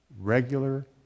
regular